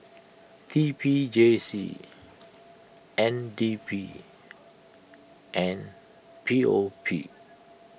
T P J C N D B and P O P